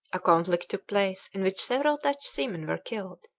a conflict took place in which several dutch seamen were killed,